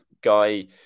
Guy